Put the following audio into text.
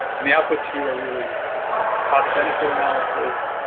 and the outputs here are really a cost-benefit analysis,